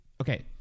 Okay